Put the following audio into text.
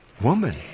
Woman